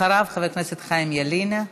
אחריו, חבר הכנסת חיים ילין.